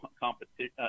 competition